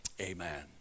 amen